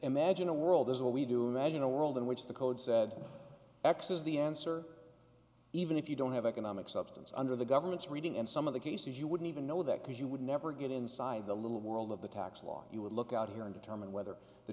imagine a world is what we do imagine a world in which the code said x is the answer even if you don't have economic substance under the government's reading and some of the cases you wouldn't even know that because you would never get inside the little world of the tax law you would look out here and determine whether the